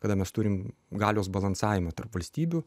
kada mes turim galios balansavimą tarp valstybių